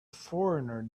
foreigner